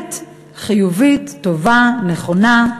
באמת חיובית, טובה, נכונה.